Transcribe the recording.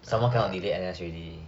someone cannot delay N_S already